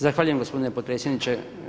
Zahvaljujem gospodine potpredsjedniče.